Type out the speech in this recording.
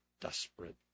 desperate